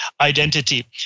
identity